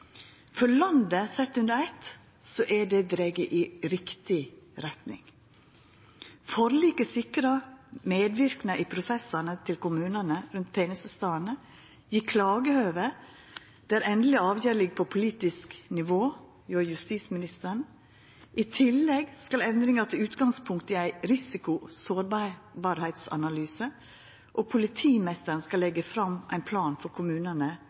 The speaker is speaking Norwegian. For landet sett under eitt har det drege i riktig retning. Forliket sikrar medverknad i prosessane til kommunane rundt tenestestadene og klagehøve der endeleg avgjerd ligg på politisk nivå, hjå justisministeren. I tillegg skal endringar ta utgangspunkt i ein risiko-/sårbarheitsanalyse, og politimeisteren skal leggja fram ein plan for kommunane